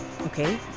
Okay